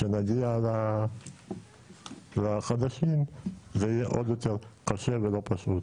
כשנגיע לחדשים זה יהיה עוד יותר קשה ולא פשוט,